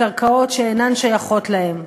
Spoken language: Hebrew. לקרקעות שאינן שייכות להם.